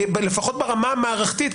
לפחות ברמה המערכתית,